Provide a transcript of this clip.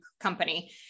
company